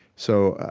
so,